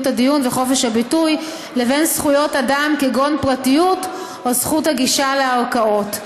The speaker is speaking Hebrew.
הדיון וחופש הביטוי לבין זכויות אדם כגון פרטיות או זכות הגישה לערכאות.